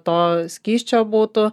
to skysčio būtų